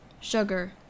Sugar